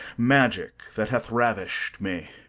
magic that hath ravish'd me.